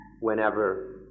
whenever